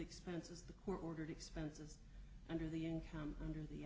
expenses the court ordered expenses under the income under the